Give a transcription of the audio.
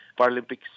Paralympics